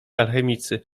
alchemicy